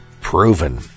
Proven